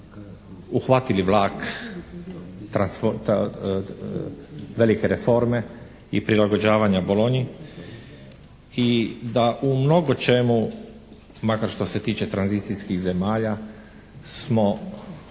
uhvatili vlak velike reforme i prilagođavanja Bologni i da u mnogočemu makar što se tiče tranzicijskih zemalja smo